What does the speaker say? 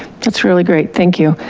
that's really great, thank you.